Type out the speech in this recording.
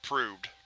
approved.